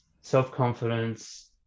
self-confidence